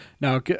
Now